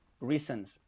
reasons